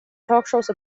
talkshows